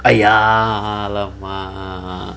!aiya! !alamak!